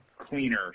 cleaner